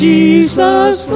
Jesus